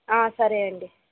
సరే అండి